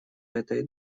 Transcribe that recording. этой